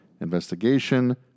investigation